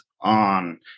on